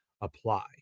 apply